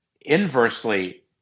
inversely